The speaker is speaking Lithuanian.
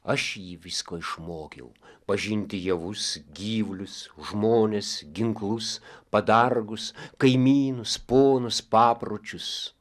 aš jį visko išmokiau pažinti javus gyvulius žmones ginklus padargus kaimynus ponus papročius